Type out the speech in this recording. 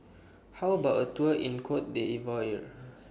How about A Tour in Cote D'Ivoire